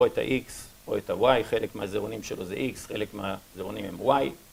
או את ה-X או את ה-Y, חלק מהזרעונים שלו זה X, חלק מהזרעונים הם Y.